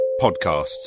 podcasts